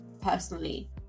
personally